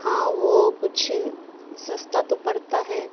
ہاں وہ کچھ سستا تو پڑتا ہے